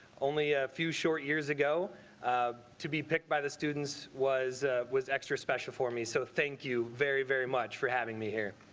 only a few short years ago um to be picked by the students was was extra special for me. so thank you very, very much for having me here.